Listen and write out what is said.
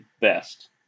best